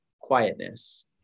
quietness